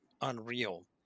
unreal